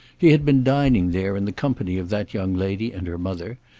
he had been dining there in the company of that young lady and her mother,